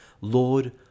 Lord